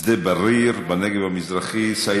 שדה בריר בנגב המזרחי, מס'